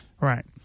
Right